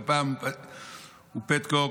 גפ"מ ופטקוק,